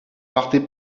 partez